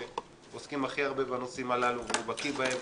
שעוסקים הכי הרבה בנושאים הללו והוא בקי בהם